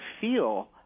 feel